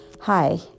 Hi